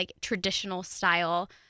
traditional-style